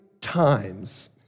times